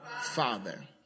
Father